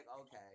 okay